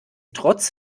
trotz